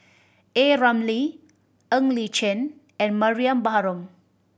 A Ramli Ng Li Chin and Mariam Baharom